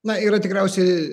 na yra tikriausiai